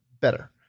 better